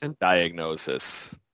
diagnosis